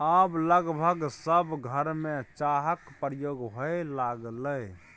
आब लगभग सभ घरमे चाहक प्रयोग होए लागलै